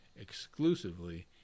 exclusively